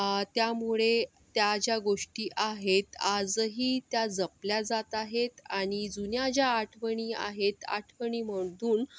त्यामुळे त्या ज्या गोष्टी आहेत आजही त्या जपल्या जात आहेत आणि जुन्या ज्या आठवणी आहेत आठवणीमधून